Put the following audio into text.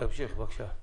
תמשיך, בבקשה.